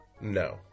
No